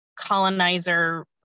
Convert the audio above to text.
colonizer